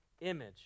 image